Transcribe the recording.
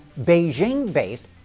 Beijing-based